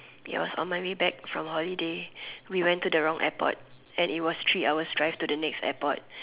it was on my way back from holiday we went to the wrong airport and it was three hours drive to the next airport